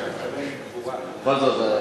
בכל זאת,